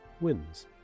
wins